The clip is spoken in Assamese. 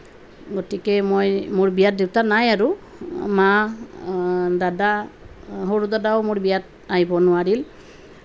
গতিকে মই মোৰ বিয়াত দেউতা নাই আৰু মা দাদা সৰু দাদাও মোৰ বিয়াত আহিব নোৱাৰিল